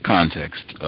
Context